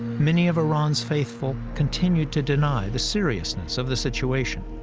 many of iran's faithful continued to deny the seriousness of the situation.